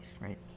right